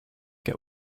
get